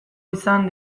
izan